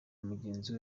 mugenzi